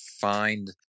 find